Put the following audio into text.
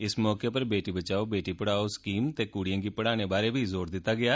इस मौके पर बेटी बचाओ बेटी पढ़ाओ स्कीम ते कुड़िए गी पढ़ाने बारै बी जोर दित्ता गेआ